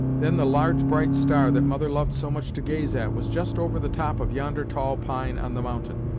then the large bright star that mother loved so much to gaze at was just over the top of yonder tall pine on the mountain,